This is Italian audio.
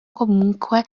comunque